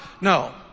No